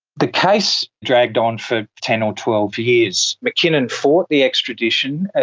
the case dragged on for ten or twelve years. mckinnon fought the extradition,